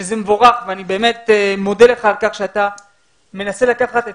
שזה מבורך ואני באמת מודה לך על שאתה מנסה לקחת את